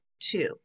two